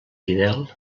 fidel